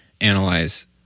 analyze